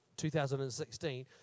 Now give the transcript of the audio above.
2016